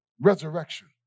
resurrection